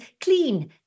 clean